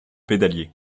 pédalier